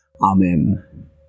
Amen